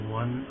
one